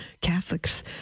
Catholics